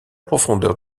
profondeur